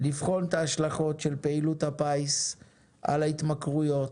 לבחון את ההשלכות של פעילות הפיס על ההתמכרויות,